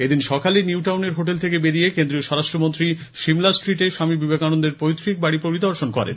এদিন সকালে নিউ টাউনের হোটেল থেকে বেরিয়ে কেন্দ্রীয় স্বরাষ্ট্রমন্ত্রী সিমলাস্ট্রীটে স্বামী বিবেকানন্দের পৈত্রীক বাড়ি পরিদর্শন করেন